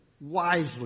wisely